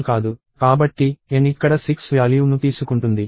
కాబట్టి n ఇక్కడ 6 విలువ ను తీసుకుంటుంది